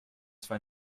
zwar